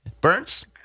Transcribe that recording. Burns